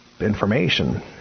information